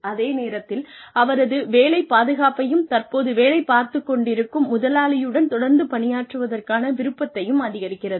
அதே நேரத்தில் அவரது வேலை பாதுகாப்பையும் தற்போது வேலை பார்த்துக் கொண்டிருக்கும் முதலாளியுடன் தொடர்ந்து பணியாற்றுவதற்கான விருப்பத்தையும் அதிகரிக்கிறது